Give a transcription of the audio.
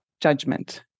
judgment